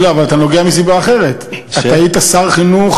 לא, אבל אתה קשור מסיבה אחרת, אתה היית שר החינוך